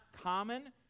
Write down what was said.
common